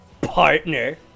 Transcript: partner